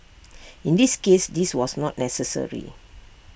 in this case this was not necessary